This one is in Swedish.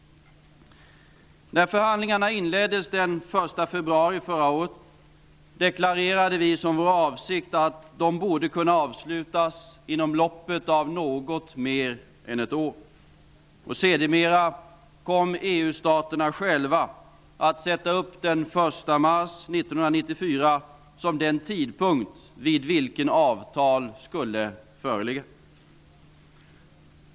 När förhandlingarna inleddes den 1 februari förra året deklarerade vi som vår avsikt att de borde kunna avslutas inom loppet av något mer än ett år. Sedermera kom EU-staterna själva att sätta upp den 1 mars 1994 som den tidpunkt vid vilken avtal skulle föreligga.